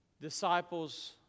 disciples